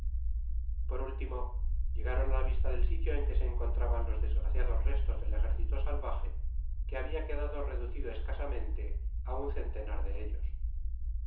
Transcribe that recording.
por último llegaron á la vista del sitio en que se encontraban los desgraciados restos del ejército salvaje que habla quedado reducido escasamente á un cedteitar de ellos